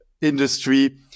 industry